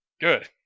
Good